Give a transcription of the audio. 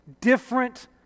different